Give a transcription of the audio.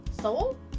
Soul